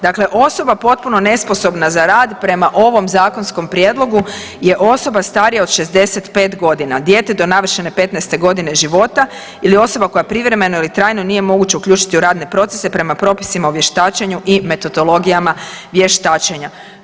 Dakle, osoba potpuno nesposobna za rad prema ovom zakonskom prijedlogu je osoba starija od 65 godina, dijete do navršene 15 godine života ili osoba koja privremeno ili trajno nije moguće uključiti u radne procese prema propisima o vještačenju i metodologijama vještačenja.